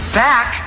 back